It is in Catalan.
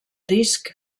disc